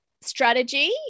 strategy